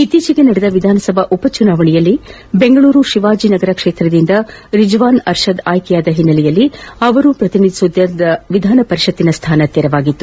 ಇತ್ತೀಚೆಗೆ ನಡೆದ ವಿಧಾನಸಭಾ ಉಪಚುನಾವಣೆಯಲ್ಲಿ ಬೆಂಗಳೂರಿನ ಶಿವಾಜಿನಗರ ಕ್ಷೇತ್ರದಿಂದ ರಿಜ್ವಾನ್ ಅರ್ಷದ್ ಆಯ್ಕೆಯಾದ ಹಿನ್ನೆಲೆಯಲ್ಲಿ ಅವರು ಪ್ರತಿನಿಧಿಸುತ್ತಿದ್ದ ವಿಧಾನ ಪರಿಷತ್ನ ಸ್ಥಾನ ತೆರವಾಗಿತ್ತು